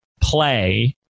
play